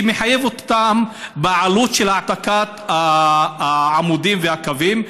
היא מחייבת אותם בעלות העתקת העמודים והקווים?